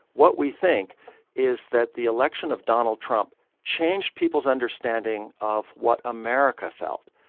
what we think is that the election of donald trump changed people's understanding of what america felt.